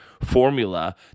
formula